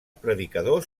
predicadors